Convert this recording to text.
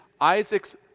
Isaac's